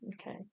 okay